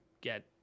get